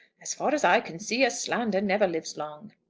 as far as i can see, a slander never lives long.